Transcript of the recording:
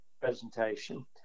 presentation